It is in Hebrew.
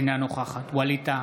אינה נוכחת ווליד טאהא,